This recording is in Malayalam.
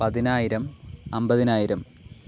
പതിനായിരം അമ്പതിനായിരം